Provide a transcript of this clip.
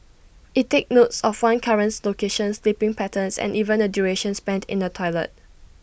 IT takes note of one's current location sleeping patterns and even the duration spent in the toilet